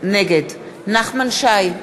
נגד נחמן שי,